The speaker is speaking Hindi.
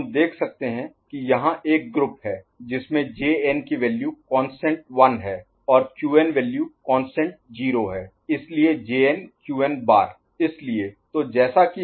तो हम देख सकते हैं कि यहां एक ग्रुप है जिसमे Jn की वैल्यू कांस्टेंट 1 है और Qn वैल्यू कांस्टेंट 0 है इसलिए Jn Qn बार JnQn'